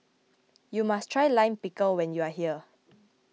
you must try Lime Pickle when you are here